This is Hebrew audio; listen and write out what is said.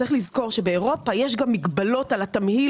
צריך לזכור שבאירופה יש גם מגבלות על התמהיל,